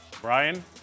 Brian